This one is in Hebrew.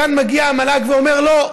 כאן מגיע המל"ג ואומר: לא,